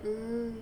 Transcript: mm